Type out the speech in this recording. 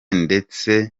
ndetse